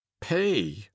pay